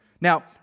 Now